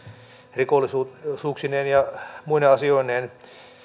rikollisuuksineen ja muine asioineen